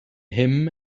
him